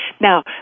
Now